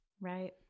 Right